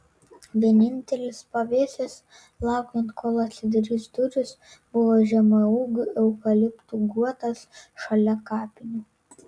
vienintelis pavėsis laukiant kol atsidarys durys buvo žemaūgių eukaliptų guotas šalia kapinių